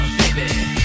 baby